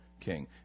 king